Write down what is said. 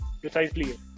precisely